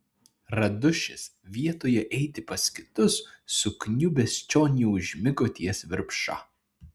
radušis vietoje eiti pas kitus sukniubęs čion jau užmigo ties virpša